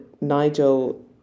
Nigel